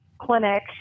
clinic